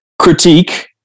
Critique